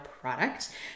product